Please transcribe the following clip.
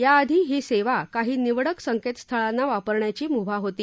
या आधी ही सेवा काही निवडक संकेत स्थळांना वापरण्याची मुभा होती